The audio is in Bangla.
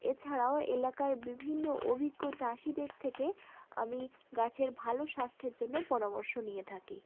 এছাড়াও এলাকার বিভিন্ন অভিজ্ঞ চাষিদের থেকে আমি গাছের ভালো স্বাস্থ্যের জন্য পরামর্শ নিয়ে থাকি